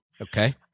Okay